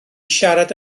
siarad